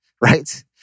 right